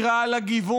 היא רעה לגיוון,